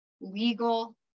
legal